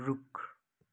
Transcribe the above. रुख